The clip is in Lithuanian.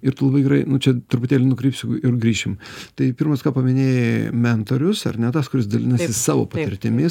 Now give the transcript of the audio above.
ir tu labai gerai nu čia truputėlį nukrypsiu ir grįšim tai pirmas ką paminėjai mentorius ar ne tas kuris dalinasi savo patirtimi